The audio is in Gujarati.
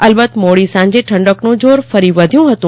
અલબત્ત મોદી સાંજે ઠંડકનું જોર ફરી વધ્યું હતું